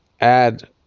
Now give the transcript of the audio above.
add